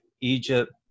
Egypt